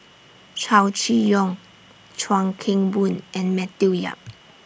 Chow Chee Yong Chuan Keng Boon and Matthew Yap